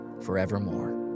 forevermore